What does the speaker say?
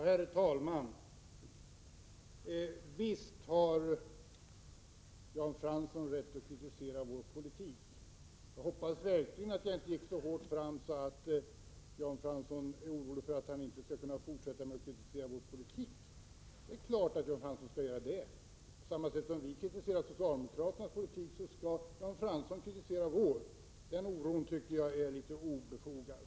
Herr talman! Visst har Jan Fransson rätt att kritisera vår politik. Jag hoppas verkligen att jag inte gick så hårt fram att Jan Fransson är orolig för att han inte skall kunna fortsätta att kritisera den. Det är klart att Jan Fransson skall göra det. På samma sätt som vi kritiserar socialdemokraternas politik skall Jan Fransson kritisera vår politik. Oron därvidlag tycker jag är litet obefogad.